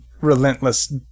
relentless